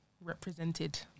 represented